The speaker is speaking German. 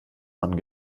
mann